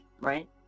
Right